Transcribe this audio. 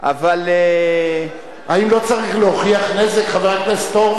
אבל, האם לא צריך להוכיח נזק, חבר הכנסת הורוביץ?